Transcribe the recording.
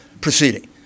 proceeding